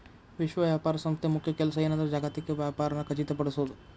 ವಿಶ್ವ ವ್ಯಾಪಾರ ಸಂಸ್ಥೆ ಮುಖ್ಯ ಕೆಲ್ಸ ಏನಂದ್ರ ಜಾಗತಿಕ ವ್ಯಾಪಾರನ ಖಚಿತಪಡಿಸೋದ್